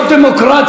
אתה מבין?